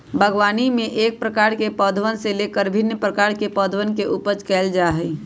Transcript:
बागवानी में एक प्रकार के पौधवन से लेकर भिन्न प्रकार के पौधवन के उपज कइल जा हई